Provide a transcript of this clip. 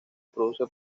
produce